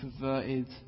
perverted